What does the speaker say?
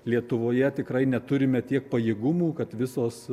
lietuvoje tikrai neturime tiek pajėgumų kad visos